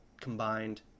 combined